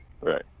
Right